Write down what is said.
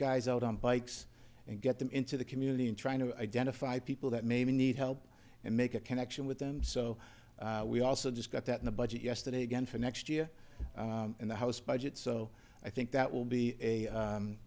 guys out on bikes and get them into the community and trying to identify people that maybe need help and make a connection with them so we also discussed that in the budget yesterday again for next year in the house budget so i think that will be a